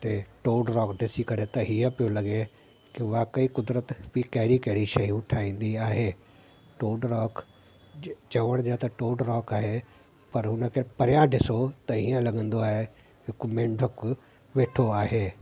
हुते टोडरॉक ॾिसी करे त हीअं पियो लॻे की वाकेई कुदरत कहिड़ी कहिड़ी शयूं ठाहींदी आहे टोंडरॉक चवण में त टोडरॉक आहे पर हुन खे परियां ॾिसो त हीअं लॻंदो आहे हिकु मेंढक वेठो आहे